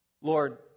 Lord